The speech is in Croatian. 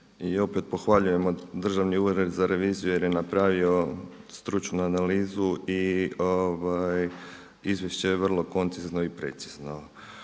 I opet pohvaljujemo Državni ured za reviziju jer je napravio stručnu analizu i izvješće je vrlo koncizno i precizno.